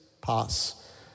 pass